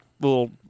little